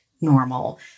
normal